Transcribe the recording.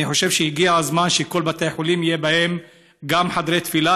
אני חושב שהגיע הזמן שכל בתי החולים יהיו בהם גם חדרי תפילה,